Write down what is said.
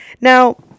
Now